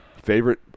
Favorite